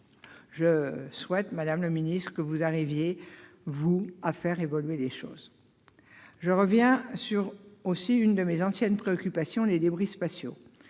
je souhaite, madame la ministre, que vous arriviez à faire évoluer les choses. Je reviens sur l'une de mes anciennes préoccupations : les débris spatiaux.